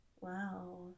wow